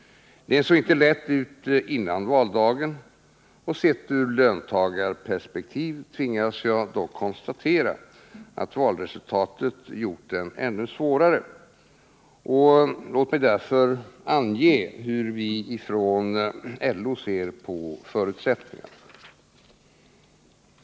Den såg inte lätt ut före valdagen, och jag tvingas konstatera att sett ur löntagarperspektiv har valresultatet gjort den ännu svårare. Låt mig därför ange hur vi från LO ser på förutsättningarna.